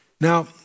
Now